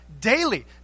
Daily